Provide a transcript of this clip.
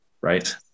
Right